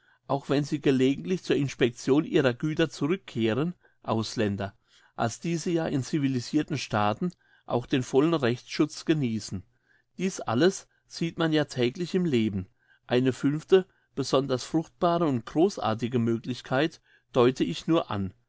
auch wenn sie gelegentlich zur inspection ihrer güter zurückkehren ausländer als die sie ja in civilisirten staaten auch den vollen rechtsschutz geniessen dies alles sieht man ja täglich im leben eine fünfte besonders fruchtbare und grossartige möglichkeit deute ich nur an